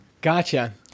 Gotcha